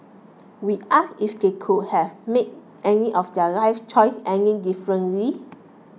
we asked if they would have made any of their life choice any differently